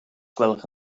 gwelwch